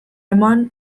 eman